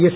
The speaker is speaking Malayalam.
എസ്